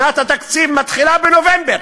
שנת התקציב מתחילה בנובמבר,